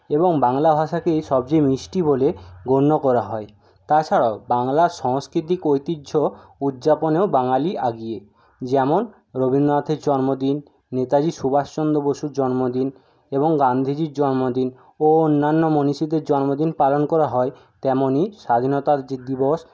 এবং বাংলা ভাষাকেই সবচেয়ে মিষ্টি বলে গণ্য করা হয় তাছাড়াও বাংলার সাংস্কৃতিক ঐতিহ্য উদযাপনেও বাঙালি আগিয়ে যেমন রবীন্দ্রনাথের জন্মদিন নেতাজী সুভাষ চন্দ্র বসুর জন্মদিন এবং গান্ধিজির জন্মদিন ও অন্যান্য মনীষীদের জন্মদিন পালন করা হয় তেমনি স্বাধীনতার যে দিবস